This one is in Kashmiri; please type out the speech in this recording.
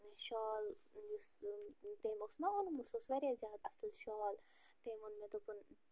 شال یُس تٔمۍ اوس نا اوٚنمُت سُہ اوس وارِیاہ زیادٕ اصٕل شال تٔمۍ ووٚن مےٚ دوٚپُن